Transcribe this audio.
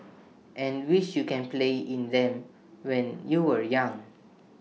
and wish you can play in them when you were young